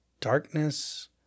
Darkness